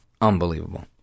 Unbelievable